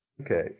Okay